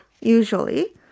usually